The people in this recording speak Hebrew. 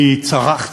אני צרחתי,